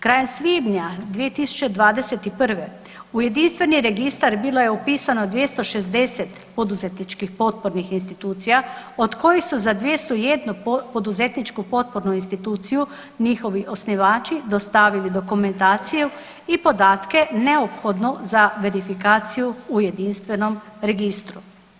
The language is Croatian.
Krajem svibnja 2021. u jedinstveni registar bilo je upisano 260 poduzetničkih potpornih institucija, od kojih su za 201 poduzetničku potpornu instituciju njihovi osnivači dostavili dokumentaciju i podatke neophodno za verifikaciju u jedinstvenom registru.